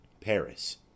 paris